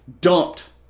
dumped